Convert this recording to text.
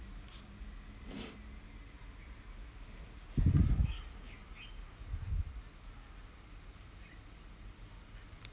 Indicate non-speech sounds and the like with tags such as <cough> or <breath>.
<breath>